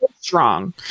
strong